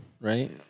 right